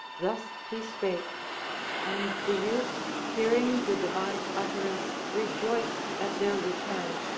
thus he spake and the youths hearing the divine utterance rejoiced at their return,